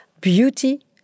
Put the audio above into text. beauty